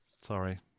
Sorry